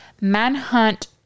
Manhunt